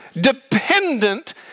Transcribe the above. Dependent